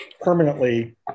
permanently